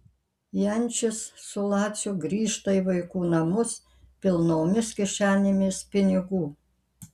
jančis su laciu grįžta į vaikų namus pilnomis kišenėmis pinigų